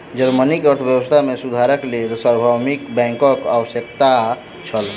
Germany के अर्थव्यवस्था मे सुधारक लेल सार्वभौमिक बैंकक आवश्यकता छल